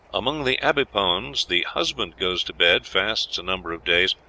among the abipones the husband goes to bed, fasts a number of days,